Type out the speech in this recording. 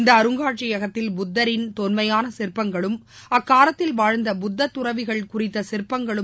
இந்த அருங்காட்சியகத்தில் புத்தரின் தொன்மயான சிற்பங்களும் அக்காலத்தில் வாழ்ந்த புத்த தறவிகள் குறித்த சிற்பங்களும்